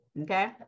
Okay